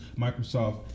Microsoft